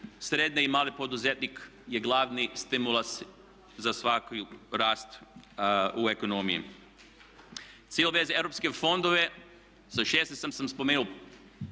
srednji i mali poduzetnik je glavni stimulans za svaki rast u ekonomiji. Cilj za ove europske fondove za 2016. sam spomenuo